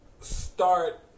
start